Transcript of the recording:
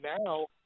now